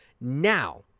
Now